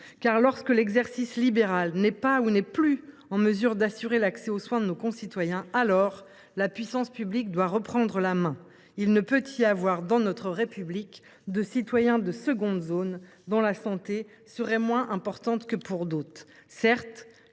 Lorsque l’exercice libéral n’est pas, ou n’est plus, en mesure d’assurer l’accès aux soins de nos concitoyens, la puissance publique doit reprendre la main. Il ne peut y avoir, dans notre République, de citoyens de seconde zone, dont la santé serait moins importante que celle des autres.